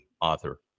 author